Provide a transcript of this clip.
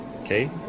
Okay